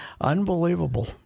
Unbelievable